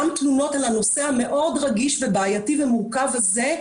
גם תלונות על הנושא המאוד-רגיש ובעייתי ומורכב הזה,